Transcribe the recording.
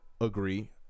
agree